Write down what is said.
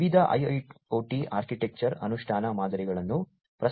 ವಿವಿಧ IIoT architecture ಅನುಷ್ಠಾನ ಮಾದರಿಗಳನ್ನು ಪ್ರಸ್ತಾಪಿಸಲಾಗಿದೆ